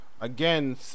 again